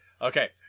Okay